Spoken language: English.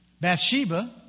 Bathsheba